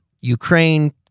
Ukraine